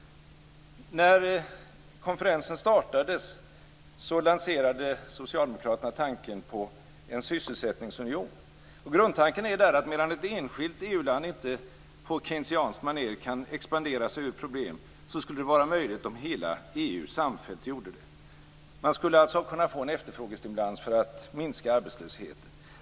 När konferensen startades, lanserade Socialdemokraterna tanken på en sysselsättningsunion. Grundtanken är att medan ett enskilt EU-land inte på Keynesianskt maner kan expandera sig ur problem, skulle detta vara möjligt om hela EU samfällt gjorde det. Man skulle alltså kunna få en efterfrågestimulans för att minska arbetslösheten.